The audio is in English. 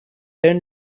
ten